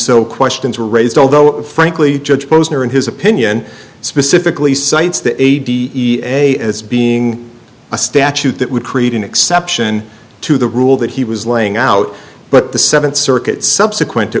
so questions were raised although frankly judge posner in his opinion specifically cites the a d n a as being a statute that would create an exception to the rule that he was laying out but the seventh circuit subsequent to